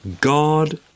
God